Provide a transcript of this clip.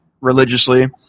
religiously